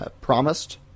promised